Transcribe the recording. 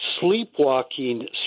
sleepwalking